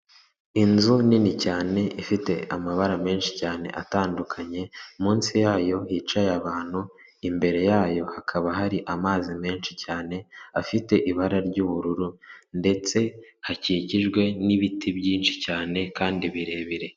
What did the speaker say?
Inzu nini cyane ifite amabara menshi cyane atandukanye munsi yayo hicaye abantu, imbere yayo hakaba hari amazi menshi cyane afite ibara ry'ubururu ndetse hakikijwe n'ibiti byinshi cyane kandi birebire.